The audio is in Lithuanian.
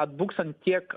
atbuks ant tiek